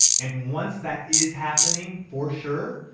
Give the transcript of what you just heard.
and once that is happening for sure,